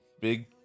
big